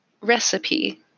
recipe